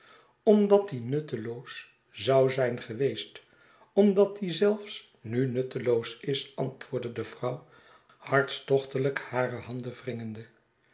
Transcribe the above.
omdat die nutteloos zou zijn geweest omdat die zelfs nu nutteloos is antwoordde de vrouw hartstochtelijk hare handen